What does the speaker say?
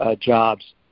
jobs